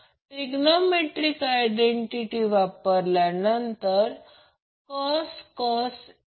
म्हणून हा कॅपेसिटर नंतर विचारात घेऊ